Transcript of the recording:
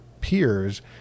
peers